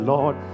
Lord